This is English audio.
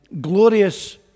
glorious